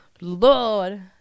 Lord